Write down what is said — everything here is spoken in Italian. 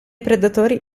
predatori